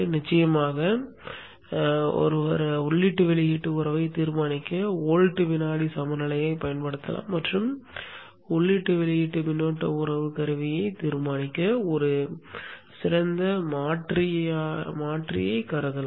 நிச்சயமாக ஒருவர் உள்ளீட்டு வெளியீட்டு உறவைத் தீர்மானிக்க வோல்ட் வினாடி சமநிலையைப் பயன்படுத்தலாம் மற்றும் உள்ளீட்டு வெளியீட்டு மின்னோட்ட உறவு கருவியைத் தீர்மானிக்க ஒரு சிறந்த மாற்றியைக் கருதலாம்